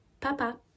Papa